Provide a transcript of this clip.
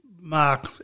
mark